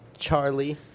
Charlie